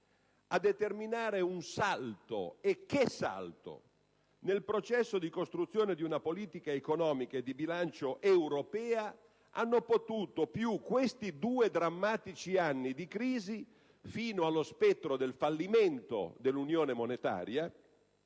previsione fosse fondata. Nel processo di costruzione di una politica economica e di bilancio europea hanno potuto più questi due drammatici anni di crisi, fino allo spettro del fallimento dell'Unione monetaria,